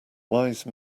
wise